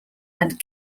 and